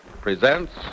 presents